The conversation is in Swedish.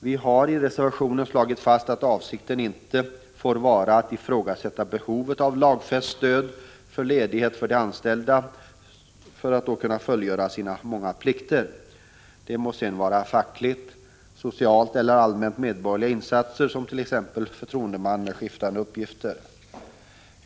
Vi har i reservation 8 slagit fast att avsikten inte får vara att ifrågasätta behovet av lagfäst stöd för ledighet för att de anställda skall kunna fullgöra sina många plikter. Det må sedan vara fackliga, sociala eller allmänt medborgerliga insatser. Som exempel kan nämnas förtroendemän med skiftande uppgifter.